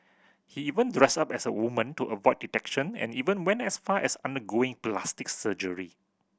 he even dressed up as a woman to avoid detection and even went as far as undergoing plastic surgery